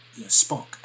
Spock